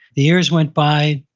the years went by,